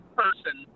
person